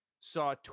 saw